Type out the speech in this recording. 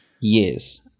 Yes